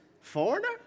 foreigner